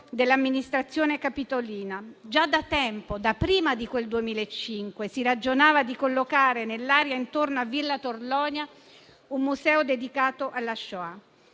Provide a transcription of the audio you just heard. dell'amministrazione capitolina, ma già da tempo, da prima del 2005, si ragionava di collocare nell'area intorno a Villa Torlonia un museo dedicato alla Shoah.